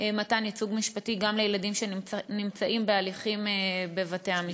מתן ייצוג משפטי גם לילדים שנמצאים בהליכים בבתי-המשפט.